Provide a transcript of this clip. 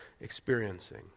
experiencing